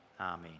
amen